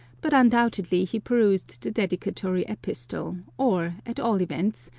but undoubtedly he perused the dedicatory epistle, or, at all events,